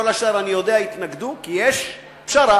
כל השאר, אני יודע שהתנגדו, כי יש פשרה.